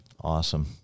Awesome